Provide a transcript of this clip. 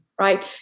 right